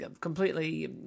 completely